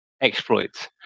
exploits